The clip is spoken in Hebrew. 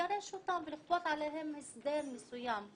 לגרש אותם ולכפות עליהם הסדר מסוים.